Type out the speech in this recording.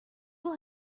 will